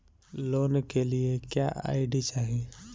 Loan के लिए क्या आई.डी चाही?